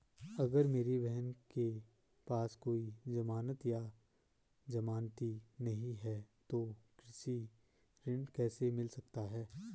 अगर मेरी बहन के पास कोई जमानत या जमानती नहीं है तो उसे कृषि ऋण कैसे मिल सकता है?